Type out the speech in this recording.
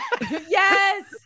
Yes